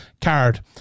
card